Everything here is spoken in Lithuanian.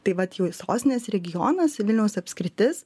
tai vat jau sostinės regionas vilniaus apskritis